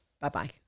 Bye-bye